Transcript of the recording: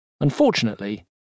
Unfortunately